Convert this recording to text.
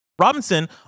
Robinson